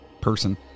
person